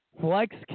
Flex